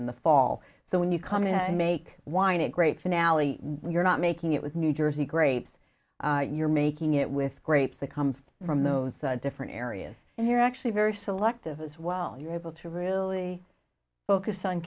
in the fall so when you come in and make wine a great finale you're not making it was new jersey grapes you're making it with grapes the comes from those different areas and you're actually very selective as well you're able to really focus on